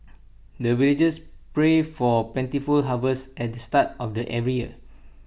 the villagers pray for plentiful harvest at the start of the every year